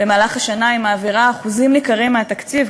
במהלך השנה היא מעבירה אחוזים ניכרים מהתקציב.